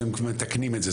שהם מתקנים את זה,